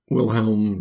Wilhelm